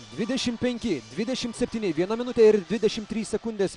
dvidešim penki dvidešim septyni viena minutė ir dvidešim trys sekundės